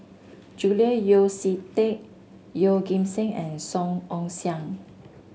Julian Yeo See Teck Yeoh Ghim Seng and Song Ong Siang